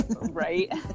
Right